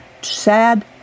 Sad